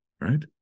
right